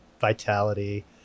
Vitality